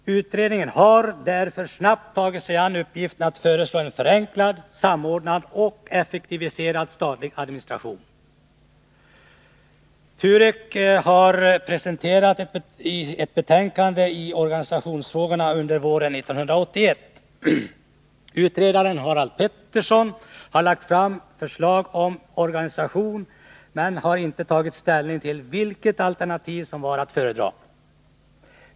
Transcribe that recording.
TUREK tog snabbt sig an uppgiften att föreslå en förenklad, samordnad och effektiviserad statlig administration, och utredningen presenterade våren 1981 ett betänkande i organisationsfrågorna. Utredaren Harald Pettersson har lagt fram två förslag till organisation, men har inte tagit ställning till vilket alternativ som var att föredra.